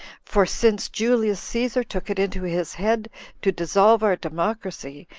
for since julius caesar took it into his head to dissolve our democracy,